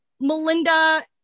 Melinda